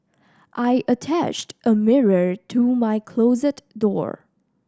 I attached a mirror to my closet door